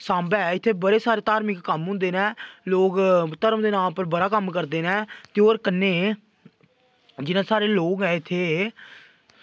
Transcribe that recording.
सांबा ऐ इत्थै बड़े सारे धार्मिक कम्म होंदे न लोग धर्म दे पर बड़ा कम्म करदे न ते होर कन्नै जि'यां साढ़े लोग ऐ इत्थै